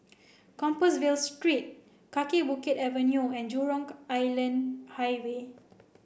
Compassvale Street Kaki Bukit Avenue and Jurong Island Highway